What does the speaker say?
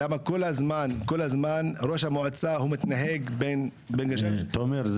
כל הזמן ראש המועצה מתנהג --- תומר,